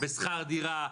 בשכר דירה,